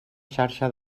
xarxa